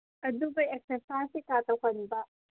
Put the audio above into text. ꯑꯗꯨꯒ ꯑꯦꯛꯁꯔꯁꯥꯏꯁ ꯀꯔꯤ ꯀꯔꯥ ꯇꯧꯍꯟꯕ